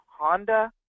honda